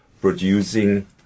producing